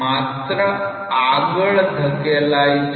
માત્ર આગળ ધકેલાઈ છે